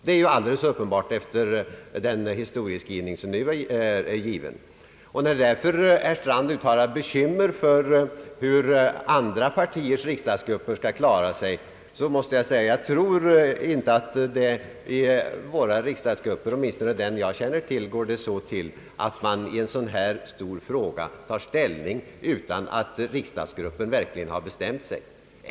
Det är alldeles uppenbart efter den historieskrivning som nu givits. När herr Strand uttalar bekymmer för hur andra partiers riksdagsgrupper skall klara sig, måste jag säga att jag inte tror att det i våra riksdagsgrupper — åtminstone den jag känner till — förekommer att man i en så stor fråga tar ställning utan att riksdagsgruppen bestämt sig.